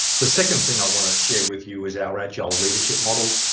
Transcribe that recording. the second thing i want to share with you is our agile leadership model,